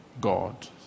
God